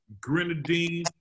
grenadine